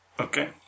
okay